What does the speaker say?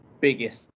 biggest